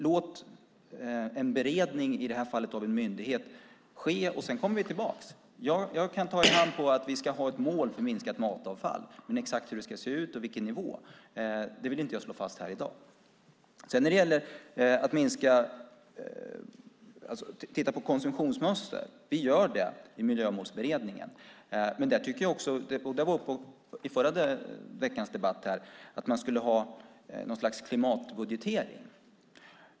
Låt en beredning, i det här fallet av en myndighet, ske, och sedan kommer vi tillbaka. Jag kan ta i hand på att vi ska ha ett mål för minskat matavfall. Men exakt hur det ska se ut och vilken nivå det ska vara vill jag inte slå fast här i dag. Konsumtionsmönster tittar vi på i Miljömålsberedningen. I förra veckans debatt sades det att vi skulle ha något slags klimatbudgetering.